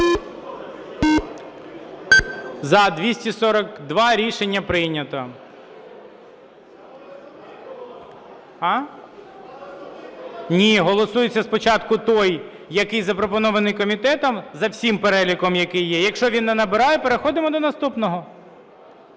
За-242 Рішення прийнято. Ні, голосується спочатку той, який запропонований комітетом за всім переліком, який є. Якщо він не набирає, переходимо до наступного.